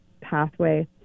pathway